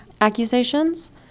accusations